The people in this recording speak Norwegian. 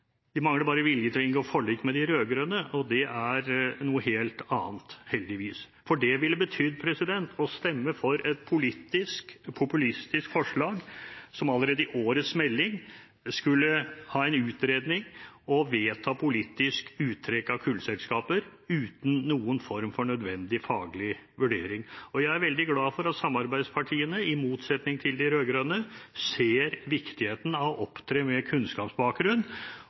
mangler bare vilje til å inngå forlik med de rød-grønne. Det er noe helt annet, heldigvis, for det ville betydd at man stemte for et populistisk politisk forslag som allerede i årets melding skulle vært utredet og politisk vedtok uttrekk av kullselskaper, uten noen form for nødvendig faglig vurdering. Jeg er veldig glad for at samarbeidspartiene – i motsetning til de rød-grønne – ser viktigheten av å opptre med kunnskapsbakgrunn